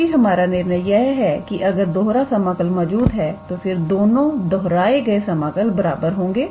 क्योंकि हमारा निर्णय यह है कि अगर दोहरा समाकल मौजूद है तो फिर दोनों दोहराए गए समाकल बराबर होंगे